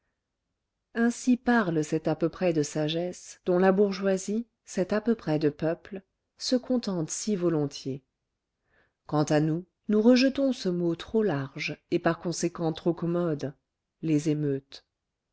ainsi parle cet à peu près de sagesse dont la bourgeoisie cet à peu près de peuple se contente si volontiers quant à nous nous rejetons ce mot trop large et par conséquent trop commode les émeutes